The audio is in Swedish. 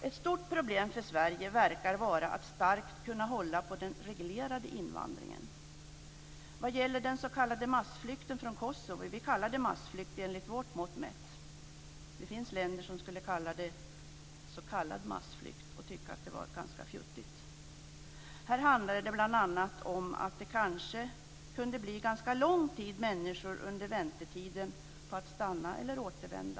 Ett stort problem för Sverige verkar vara att starkt kunna hålla på den reglerade invandringen. Vad gäller den s.k. massflykten från Kosovo - vi kallar det massflykt med vårt mått mätt, det finns länder som skulle kalla det s.k. massflykt och tycka att det var ganska fjuttigt - handlar det bl.a. om att det kanske kan bli ganska lång tid som människor kan få vänta på att få stanna eller återvända.